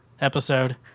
episode